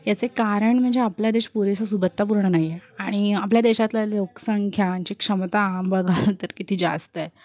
याचे कारण म्हणजे आपल्या देश पुरेशा सुबत्तापूर्ण नाही आहे आणि आपल्या देशातील लोकसंख्यांची क्षमता बघाल तर किती जास्त आहे